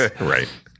Right